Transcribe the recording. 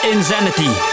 Insanity